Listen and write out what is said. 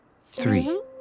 Three